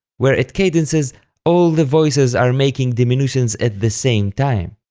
where at cadences all the voices are making diminutions at the same time.